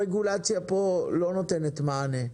הרגולציה פה לא נותנת מענה,